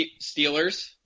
Steelers